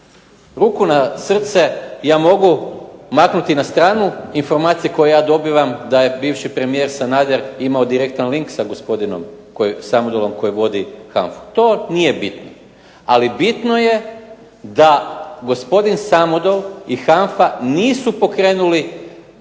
Ruku na srcu, ja mogu maknuti na stranu informacije koje ja dobivam da je bivši premijer Sanader imao direktan link sa gospodinom Samodolom koji vodi HANFA-u. To nije bitno. Ali bitno je da gospodin Samodol i HANFA nisu pokrenuli